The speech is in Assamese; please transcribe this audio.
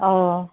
অঁ